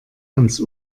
ans